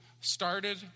started